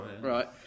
Right